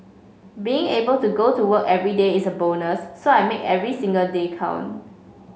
being able to go to work everyday is a bonus so I make every single day count